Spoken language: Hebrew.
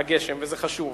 הגשם, וזה חשוב.